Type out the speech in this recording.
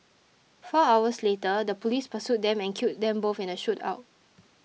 four hours later the police pursued them and killed them both in a shoot out